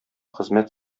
хезмәт